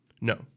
No